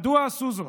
מדוע עשו זאת?